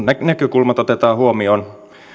nämä näkökulmat otetaan huomioon